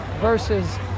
versus